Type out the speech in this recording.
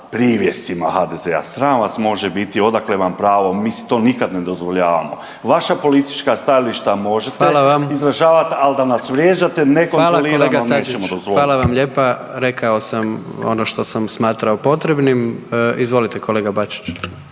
„privjescima HDZ-a“. Sram vas može biti, odakle vam pravo, mi si to nikad ne dozvoljavamo. Vaša politička stajališta možete izražavat, al da nas vrijeđate nekontrolirano nećemo dozvoliti. **Jandroković, Gordan (HDZ)** Fala kolega Sačić, fala vam lijepa. Rekao sam ono što sam smatrao potrebnim. Izvolite kolega Bačić.